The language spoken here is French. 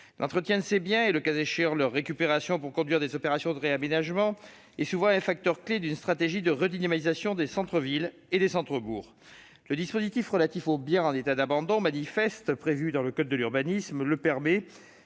L'entretien de ces biens et, le cas échéant, leur récupération pour conduire les opérations de réaménagement constituent souvent un facteur clé d'une stratégie de redynamisation des centres-villes et des centres-bourgs. Le dispositif relatif aux biens en état d'abandon manifeste du code de l'urbanisme le permet,